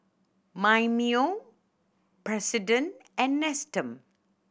Mimeo President and Nestum